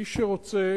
מי שרוצה